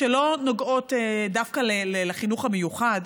שלא נוגעות דווקא לחינוך המיוחד,